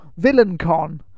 VillainCon